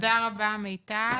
תודה רבה מיטל.